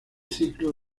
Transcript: ciclo